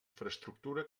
infraestructura